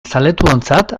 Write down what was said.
zaletuontzat